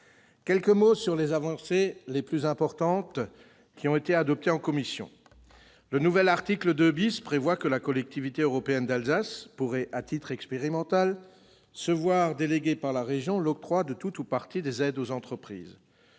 évoquer les avancées les plus importantes adoptées par la commission. Le nouvel article 2 prévoit que la Collectivité européenne d'Alsace pourrait à titre expérimental se voir déléguer par la région l'octroi de tout ou partie des aides aux entreprises.